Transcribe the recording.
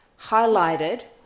highlighted